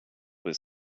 was